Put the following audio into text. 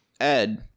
Ed